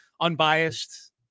unbiased